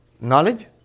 knowledge